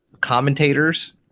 commentators